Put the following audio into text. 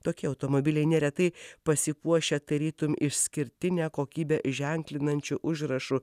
tokie automobiliai neretai pasipuošę tarytum išskirtine kokybe ženklinančiu užrašu